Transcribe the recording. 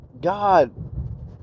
God